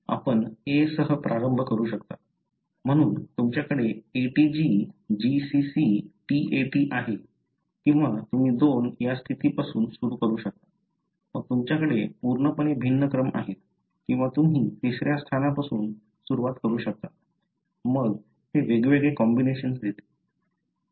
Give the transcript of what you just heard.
आपण A सह प्रारंभ करू शकता म्हणून तुमच्याकडे ATG GCC TAT आहे किंवा तुम्ही 2 या स्थिती पासून सुरू करू शकता मग तुमच्याकडे पूर्णपणे भिन्न क्रम आहे किंवा तुम्ही तिसऱ्या स्थानापासून सुरुवात करू शकता मग ते वेगवेगळे कॉम्बिनेशन देते